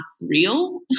real